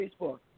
Facebook